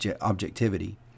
objectivity